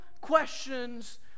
questions